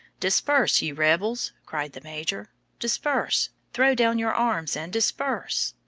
disperse, ye rebels, cried the major disperse! throw down your arms and disperse!